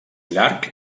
llarg